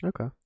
Okay